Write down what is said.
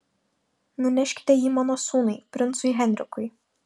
nuneškite jį mano sūnui princui henrikui